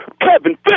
Kevin